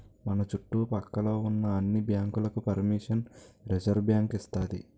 మన చుట్టు పక్క లో ఉన్న అన్ని బ్యాంకులకు పరిమిషన్ రిజర్వుబ్యాంకు ఇస్తాది